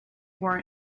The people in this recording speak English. war